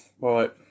right